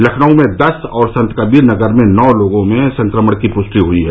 लखनऊ में दस और संतकबीर नगर में नौ लोगों में संक्रमण की पुष्टि ह्यी है